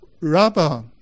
rubber